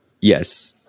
yes